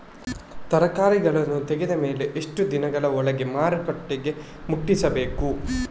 ತರಕಾರಿಗಳನ್ನು ತೆಗೆದ ಮೇಲೆ ಎಷ್ಟು ದಿನಗಳ ಒಳಗೆ ಮಾರ್ಕೆಟಿಗೆ ಮುಟ್ಟಿಸಬೇಕು?